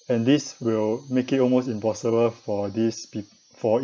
and this will make it almost impossible for this pe~ for